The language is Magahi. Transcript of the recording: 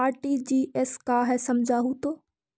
आर.टी.जी.एस का है समझाहू तो?